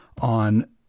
on—